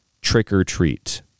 trick-or-treat